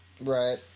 Right